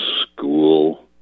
School